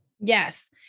Yes